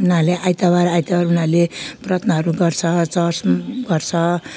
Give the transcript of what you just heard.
उनीहरूले आइतबार आइतबार उनीहरूले प्रार्थनाहरू गर्छ चर्च गर्छ